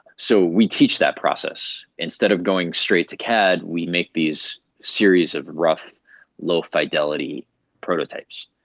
so we teach that process. instead of going straight to cad, we make these series of rough low fidelity prototypes,